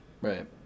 Right